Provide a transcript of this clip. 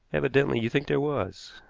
evidently you think there was.